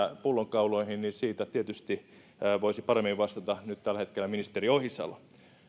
pullonkauloihin niin niihin tietysti voisi paremmin vastata tällä hetkellä ministeri ohisalo